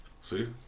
See